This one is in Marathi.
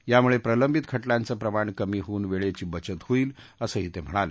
यामुळे प्रलंबित खटल्याचं प्रमाण कमी होऊन वेळेची बचत होईल असंही ते म्हणाले